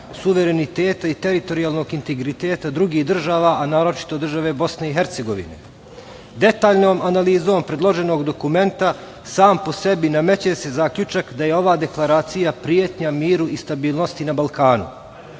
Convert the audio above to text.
suvereniteta i teritorijalnog integriteta drugih država, a naročito države Bosne i Hercegovine. Detaljnom analizom predloženog dokumenta sam po sebi nameće se zaključak da je ova deklaracija pretnja miru i stabilnosti na Balkanu.